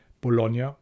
Bologna